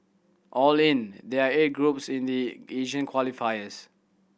all in there are eight groups in the Asian qualifiers